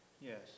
Yes